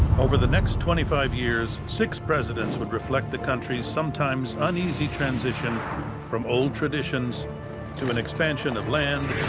over the next twenty five years, six presidents would reflect the country's sometimes uneasy transition from old traditions to an expansion of land,